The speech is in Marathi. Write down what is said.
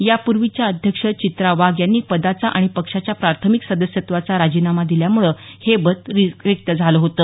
यापूर्वीच्या अध्यक्ष चित्रा वाघ यांनी पदाचा आणि पक्षाच्या प्राथमिक सदस्यत्वाचा राजिनामा दिल्यामुळे हे पद रिक्त झालं होतं